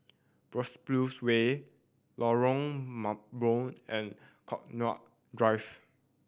Biopolis Way Lorong Mambong and Connaught Drive